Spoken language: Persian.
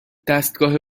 دستگاه